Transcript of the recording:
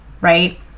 right